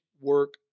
work